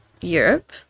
europe